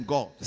God